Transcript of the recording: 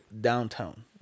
downtown